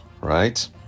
right